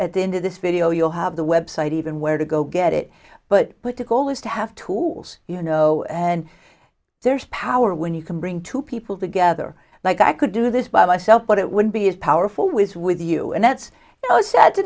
at the end of this video you'll have the website even where to go get it but put the goal is to have tools you know and there's power when you can bring two people together like i could do this by myself but it would be as powerful ways with you and that's